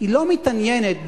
לא מתעניינת,